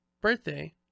birthday